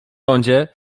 lądzie